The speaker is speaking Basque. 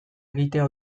egitea